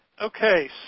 Okay